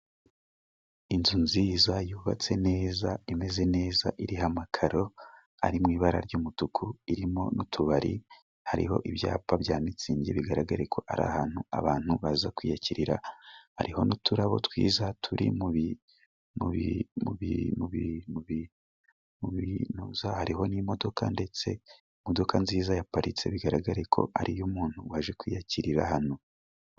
Inzu nziza yubatse neza， imeze neza， iriho amakaro， ari mu ibara ry'umutuku， irimo n'utubari hariho ibyapa bya mitsingi， bigaragare ko ari ahantu abantu baza kwiyakirira， hariho n'uturabo twiza turi mu ....？？， hariho n'imodoka， ndetse imodoka nziza yaparitse，bigaragare ko ari iy’umuntu waje kwiyakirira hano.